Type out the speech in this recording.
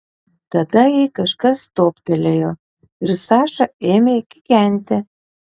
tada jai kažkas toptelėjo ir saša ėmė kikenti